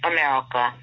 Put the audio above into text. America